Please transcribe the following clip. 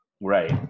Right